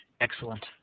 Excellent